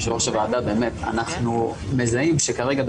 יושבת-ראש הוועדה אנחנו מזהים שכרגע,